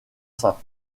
saints